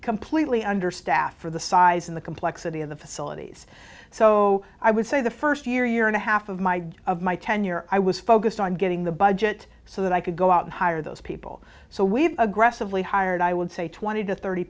completely understaffed for the size of the complexity of the facilities so i would say the first year year and a half of my of my tenure i was focused on getting the budget so that i could go out and hire those people so we've aggressively hired i would say twenty to thirty